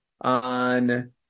On